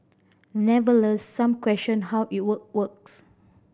never less some questioned how it would works